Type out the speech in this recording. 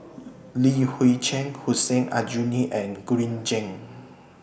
Li Hui Cheng Hussein Aljunied and Green Zeng